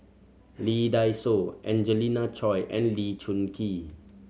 Lee Dai Soh Angelina Choy and Lee Choon Kee